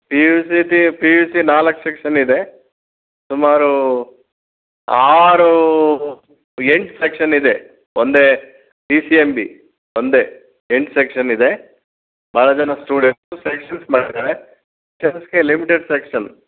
P U C T P U C ನಾಲ್ಕು section ಇದೆ ಸುಮಾರು ಆರು ಎಂಟು ಸೆಕ್ಷನ್ ಇದೆ ಒಂದೇ ಪಿ ಸಿ ಎಂ ಬಿ ಒಂದೇ ಎಂಟು ಸೆಕ್ಷನ್ ಇದೆ ಭಾಳ ಜನ ಸ್ಟುಡೆಂಟ್ಸು ಮಾಡಿದ್ದಾರೆ ಸೈನ್ಸ್ಗೆ ಲಿಮಿಟೆಡ್ ಸೆಕ್ಷನ್